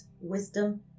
wisdom